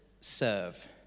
serve